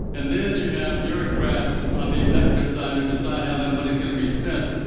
and then you have bureaucrats on the executive side who decide how that money is going to be spent.